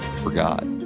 forgot